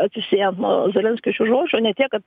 atsisiejam nuo zelenskio šių žodžių ne tiek kad